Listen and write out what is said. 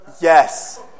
yes